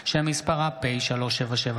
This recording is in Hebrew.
2023, שמספרה פ/3779/25.